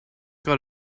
got